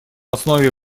основе